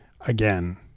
again